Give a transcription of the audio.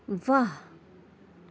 واہ